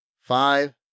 five